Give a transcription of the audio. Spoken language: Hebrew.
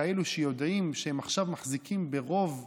אלה שיודעים שהם עכשיו מחזיקים ברוב אקראי,